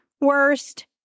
worst